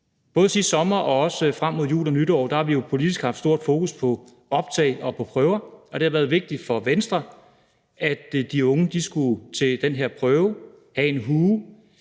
Både sidste sommer og frem mod jul og nytår har vi jo politisk haft stort fokus på optag og på prøver, og det har været vigtigt for Venstre, at de unge skulle til den her prøve og have en hue,